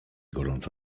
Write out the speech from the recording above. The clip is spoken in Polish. gorąca